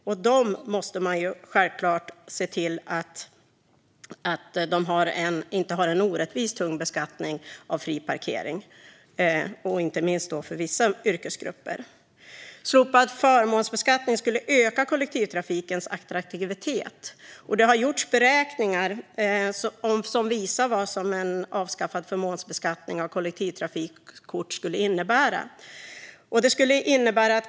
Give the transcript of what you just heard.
Vi måste självklart se till att de inte har en orättvist tung beskattning av sin fria parkering, inte minst när det gäller vissa yrkesgrupper. Slopad förmånsbeskattning skulle öka kollektivtrafikens attraktivitet. Det har gjorts beräkningar som visar vad en avskaffad förmånsbeskattning av kollektivtrafikkort skulle innebära.